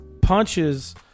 punches